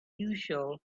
usual